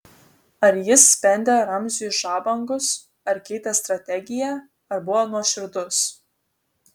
ar jis spendė ramziui žabangus ar keitė strategiją ar buvo nuoširdus